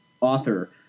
author